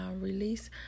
release